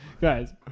Guys